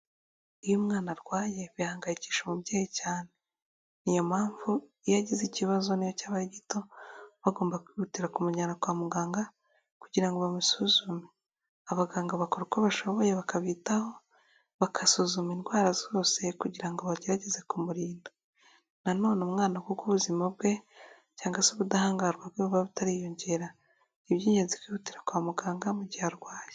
Iyo umwana arwaye bihangayikishije umubyeyi cyane, niyo mpamvu iyo agize ikibazo niyo cyaba ari gito bagomba kwihutira kumujyana kwa muganga kugira ngo bamusuzume, abaganga bakora uko bashoboye bakabitaho bagasuzuma indwara zose kugira ngo bagerageze kumurinda, nanone umwana kuko ubuzima bwe cyangwa se ubudahangarwa bwe buba butariyongera ni iby'ingenzi ni kwihutira kwa muganga mu gihe arwaye.